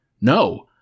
No